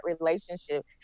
relationship